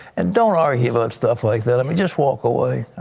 and don't argue about stuff like that. i mean just walk away.